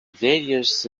various